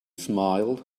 smiled